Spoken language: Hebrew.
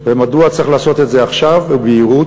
ומדוע צריך לעשות את זה עכשיו ובמהירות,